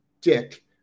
dick